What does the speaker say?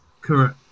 correct